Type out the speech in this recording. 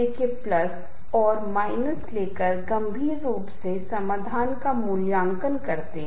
इससे पहले आपने पहचाना कि कैसे अनुभव बहुत विशिष्ट थे जब ग्रंथ एनिमेटेड हो जाते हैं लेकिन इसमें संगीत जोड़ें और अनुभव बिल्कुल अलग है